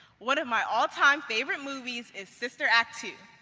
one of my all time favorite movies is sister act two.